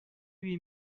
huit